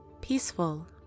peaceful